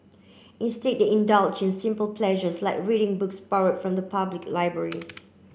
instead they indulge in simple pleasures like reading books borrowed from the public library